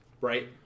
right